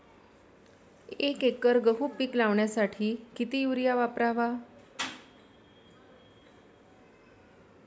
एक एकर गहू पीक लावण्यासाठी किती युरिया वापरावा?